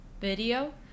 video